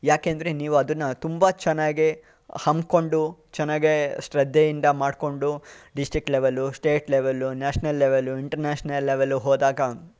ಏಕೆಂದರೆ ನೀವು ಅದನ್ನು ತುಂಬ ಚೆನ್ನಾಗಿ ಹಮ್ಮಿಕೊಂಡು ಚೆನ್ನಾಗಿ ಶ್ರದ್ಧೆಯಿಂದ ಮಾಡಿಕೊಂಡು district level state level national level international level ಹೋದಾಗ